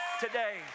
today